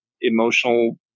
emotional